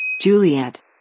Juliet